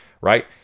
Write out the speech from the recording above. right